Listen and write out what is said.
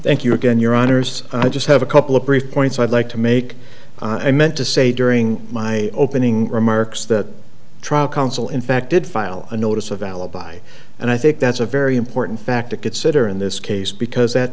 thank you again your honors i just have a couple of brief points i'd like to make i meant to say during my opening remarks that trial counsel in fact did file a notice of alibi and i think that's a very important fact to consider in this case because that